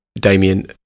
Damien